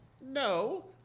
No